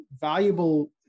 valuable